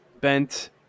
bent